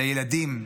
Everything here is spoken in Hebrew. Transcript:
לילדים.